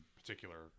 particular